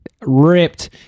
ripped